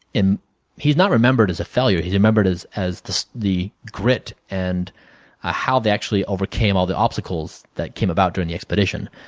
he is not remembered as a failure. he is remembered as as the so the grit and ah how they actually overcame all the obstacles that came about during the expedition.